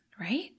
right